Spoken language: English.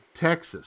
Texas